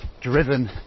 driven